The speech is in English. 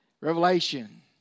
Revelation